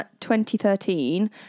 2013